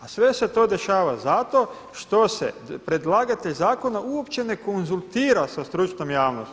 A sve se to dešava zato što se predlagatelj zakona uopće ne konzultira sa stručnom javnosti.